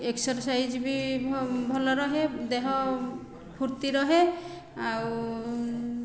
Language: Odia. ଏକ୍ସରସାଇଜ ବି ଭଲ ରହେ ଦେହ ଫୁର୍ତ୍ତି ରହେ ଆଉ